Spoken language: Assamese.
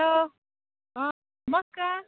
হেল্ল' অঁ নমস্কাৰ